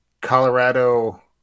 Colorado